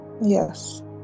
Yes